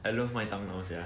I love 麦当劳 sia